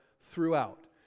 throughout